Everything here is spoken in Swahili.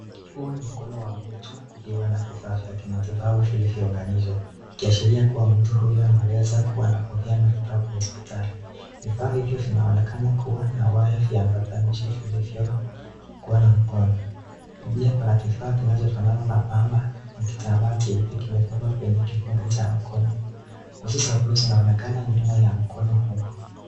Huu ni mkono wa mtu iliyo na vifaa vya kimatibabu vilivyo unganishwa ikiashiria kuwa mtu huyu anaweza kuwa anapokea matibabu hospitalini. Vifaa hivyo vinaonekana kuwa na waya viambatanishi vilivyo kuwa na mkono na pia kuna kinafaa kinachofanana na pamba na kitamba cheupe kimefungwa kwenye kifundo cha mkono, uzi za buluu zinaonekana nyuma ya mkono huo.